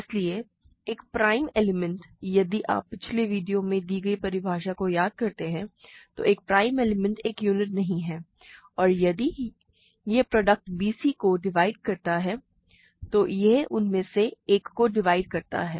इसलिए एक prime element यदि आप पिछले वीडियो में दी गई परिभाषा को याद करते हैं तो एक प्राइम एलिमेंट एक यूनिट नहीं है और यदि यह प्रोडक्ट bc को डिवाइड करता है तो यह उनमें से एक को डिवाइड करता है